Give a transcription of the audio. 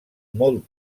molt